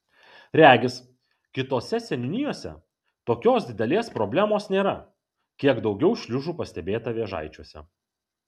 regis kitose seniūnijose tokios didelės problemos nėra kiek daugiau šliužų pastebėta vėžaičiuose